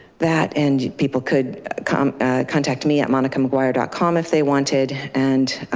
that and people could come contact me at monicamcguire dot com if they wanted. and